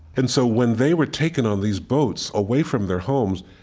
and so, when they were taken on these boats away from their homes,